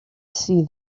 see